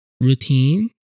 routine